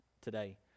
today